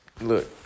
Look